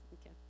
Okay